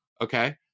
okay